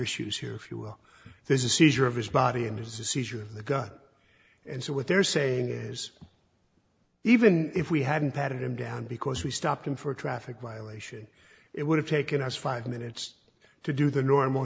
issues here if you will this is seizure of his body and there's a seizure of the gun and so what they're saying is even if we hadn't patted him down because we stopped him for a traffic violation it would have taken us five minutes to do the normal